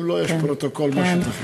אם לא, יש פרוטוקול, מה שתחליטו.